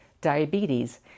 diabetes